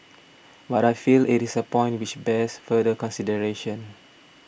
but I feel it is a point which bears further consideration